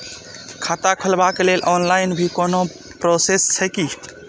खाता खोलाबक लेल ऑनलाईन भी कोनो प्रोसेस छै की?